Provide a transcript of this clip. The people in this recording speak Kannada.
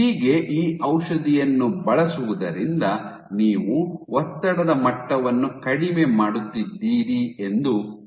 ಹೀಗೆ ಈ ಔಷಧಿಯನ್ನು ಬಳಸುವುದರಿಂದ ನೀವು ಒತ್ತಡದ ಮಟ್ಟವನ್ನು ಕಡಿಮೆ ಮಾಡುತ್ತಿದ್ದೀರಿ ಎಂದು ಸೂಚಿಸುತ್ತದೆ